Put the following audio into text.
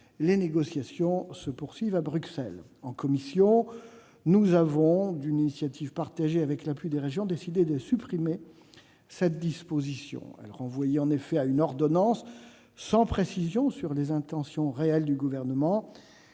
les négociations se poursuivent à Bruxelles. En commission, nous avons, d'une initiative partagée et avec l'appui des régions, décidé de supprimer cette disposition. En effet, elle renvoyait à une ordonnance sans préciser les intentions réelles du Gouvernement,